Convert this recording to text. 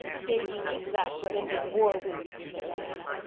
davy means that for an indian war-whoop, said diana.